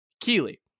Keely